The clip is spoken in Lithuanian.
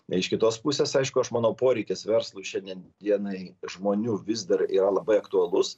iš kitos pusės aišku aš manau poreikis verslui šiandien dienai žmonių vis dar yra labai aktualus